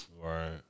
Right